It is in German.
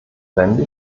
wende